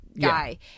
guy